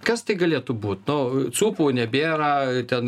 kas tai galėtų būt nu cūpų nebėra ten